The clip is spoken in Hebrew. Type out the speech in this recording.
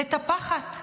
מטפחת,